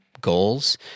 goals